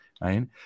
right